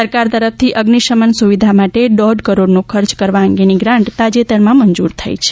સરકાર તરફથી અઝિ શમન સુવિધા માટે દોઢ કરોડનો ખર્ચ કરવા અંગેની ગ્રાન્ટ તાજેતરમાં મંજૂર થઇ છે